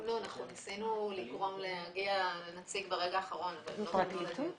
10 בדיקות